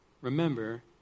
Remember